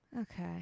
Okay